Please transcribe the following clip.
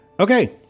Okay